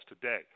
today